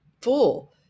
full